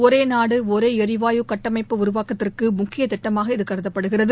ஒரே நாடு ஒரே எரிவாயு கட்டமைப்பு உருவாக்கத்திற்கு முக்கிய திட்டமாக இது கருதப்படுகிறது